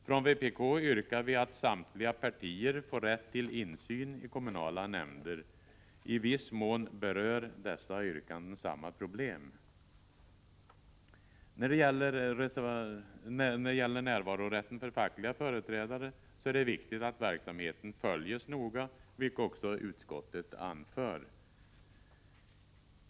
Från vpk yrkar vi att samtliga partier får rätt till insyn i kommunala nämnder. I viss mån berör dessa yrkanden samma problem. När det gäller närvarorätten för fackliga företrädare är det viktigt att verksamheten följs noga, vilket också utskottet anför.